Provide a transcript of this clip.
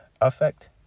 effect